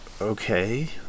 Okay